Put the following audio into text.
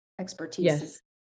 expertise